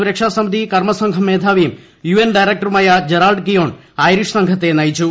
സുരക്ഷാ സമിതി കർമ്മ സംഘം മേധാവിയും യുഎൻ ഡയറക്ടറുമായ ജെറാൾഡ് കിയോൺ ഐറിഷ് സംഘത്തെ നയിച്ചു